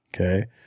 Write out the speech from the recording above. Okay